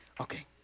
Okay